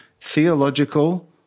theological